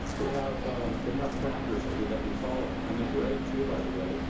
they have ah they have parameters that we that we follow and they're great too, by the way,